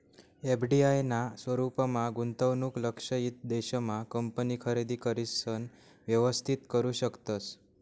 FDI ना स्वरूपमा गुंतवणूक लक्षयित देश मा कंपनी खरेदी करिसन व्यवस्थित करू शकतस